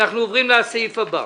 אנחנו עוברים לסעיף הבא.